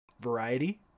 variety